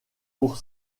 pour